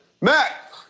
Mac